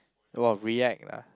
!wah! react lah